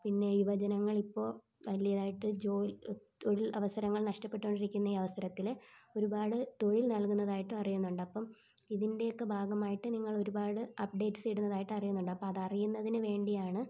പിന്നെ യുവജനങ്ങൾ ഇപ്പോൾ വലിയതായിട്ട് ജോൽ തൊഴിൽ അവസരങ്ങൾ നഷ്ടപ്പെട്ടുകൊണ്ടിരിക്കുന്ന ഈ അവസരത്തിൽ ഒരുപാട് തൊഴിൽ നൽകുന്നതായിട്ടും അറിയുന്നുണ്ട് അപ്പം ഇതിൻറെ ഒക്കെ ഭാഗമായിട്ട് നിങ്ങൾ ഒരുപാട് അപ്പ്ഡേറ്റ്സ് ഇടുന്നതായിട്ട് അറിയുന്നുണ്ട് അപ്പം അത് അറിയുന്നതിന് വേണ്ടിയാണ്